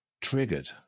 triggered